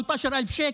18,000 שקלים?